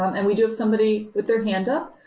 um and we do have somebody with their hand up.